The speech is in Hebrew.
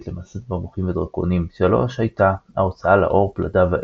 למו"ד 3 הייתה ההוצאה לאור "פלדה ואש",